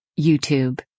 YouTube